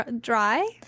dry